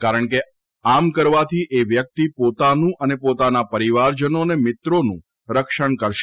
કારણ કે આમ કરવાથી એ વ્યક્તિ પોતાનું અને પોતાના પરિવારજનો અને મિત્રોનું રક્ષણ કરશે